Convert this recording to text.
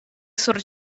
sur